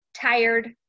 Tired